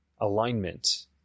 alignment